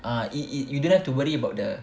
ah it it it you don't have to worry about the